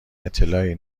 اطلاعی